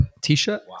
t-shirt